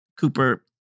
Cooper